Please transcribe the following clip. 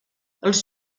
els